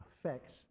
affects